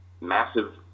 massive